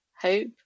hope